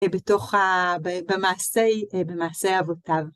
בתוך ה... במעשי אבותיו.